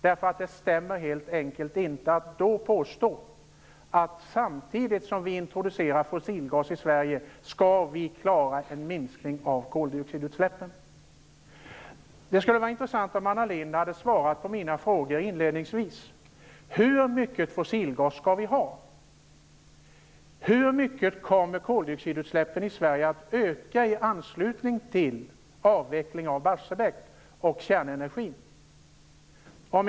Påståendet att vi, samtidigt som vi introducerar fossilgas i Sverige, skall klara en minskning av koldioxidutsläppen stämmer helt enkelt inte. Det skulle ha varit intressant om Anna Lindh hade svarat på de frågor som jag ställde inledningsvis. Hur mycket fossilgas skall vi ha? Hur mycket kommer koldioxidutsläppen i Sverige att öka i anslutning till avvecklingen av Barsebäck och kärnenergin?